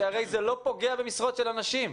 שהרי זה לא פוגע במשרות של אנשים.